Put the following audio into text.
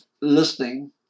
listening